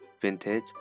vintage